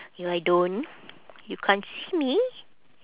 if I don't you can't see me